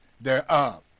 thereof